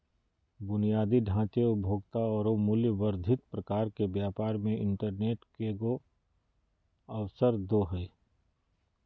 बुनियादी ढांचे, उपभोक्ता औरो मूल्य वर्धित प्रकार के व्यापार मे इंटरनेट केगों अवसरदो हइ